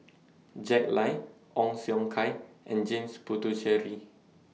Jack Lai Ong Siong Kai and James Puthucheary